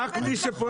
אני עובדת כחוק.